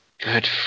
Good